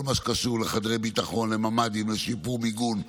כל מה שקשור לחדרי ביטחון, לממ"דים, לשיפור מיגון,